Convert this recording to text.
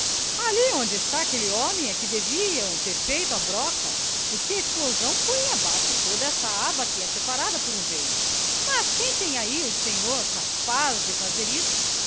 ali onde está aquele homem é que deviam ter feito a broca porque a explosão punha abaixo toda esta aba que é separada por um veio mas quem tem ai o senhor capaz de fazer isso